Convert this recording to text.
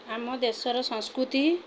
ଆମ ଦେଶର ସଂସ୍କୃତି